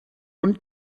und